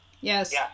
Yes